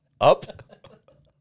up